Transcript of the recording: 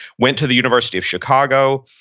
went to the university of chicago,